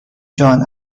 جان